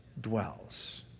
dwells